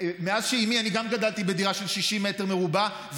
גם אני גדלתי בדירה של 60 מטר מרובע,